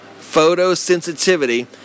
photosensitivity